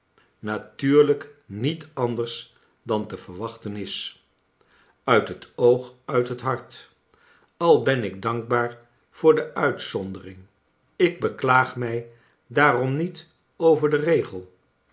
natuurlijk niet anders dan te verwachten is uit het oog uit het hart al ben ik dankbaar voor de uitzondering ik beklaag mij daarom niet over den regel